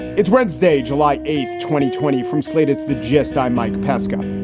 it's wednesday, july eighth, twenty twenty from slate's the gist. i'm mike pesca.